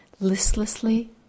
listlessly